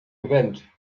event